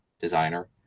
designer